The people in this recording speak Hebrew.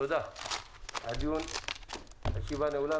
תודה לכולם הישיבה נעולה.